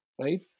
right